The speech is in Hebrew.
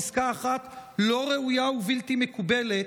פסקה אחת לא ראויה ובלתי מקובלת,